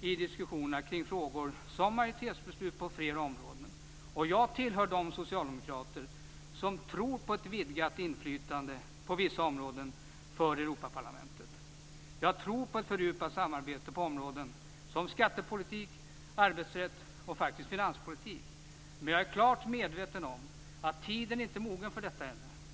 i diskussionerna kring sådana frågor som majoritetsbeslut på fler områden. Jag tillhör de socialdemokrater som tror på ett vidgat inflytande på vissa områden för Europaparlamentet. Jag tror på ett fördjupat samarbete på områden som skattepolitik, arbetsrätt och, faktiskt, finanspolitik. Men jag är klart medveten om att tiden inte är mogen för detta ännu.